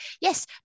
yes